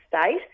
state